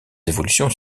évolutions